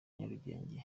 nyarugenge